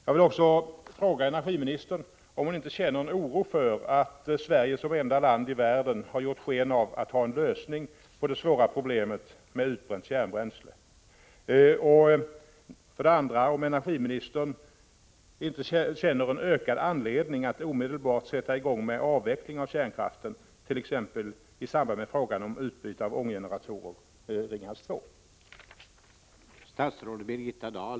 Jag vill också fråga energiministern om hon inte känner oro för att Sverige som enda land i världen har gett sken av att ha en lösning på det svåra problemet med utbränt kärnbränsle och om inte energiministern känner en ökad anledning att omedelbart sätta i gång med avvecklingen av kärnkraften, t.ex. i samband med frågan om utbyte av ånggeneratorer i Ringhals 2.